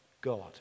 God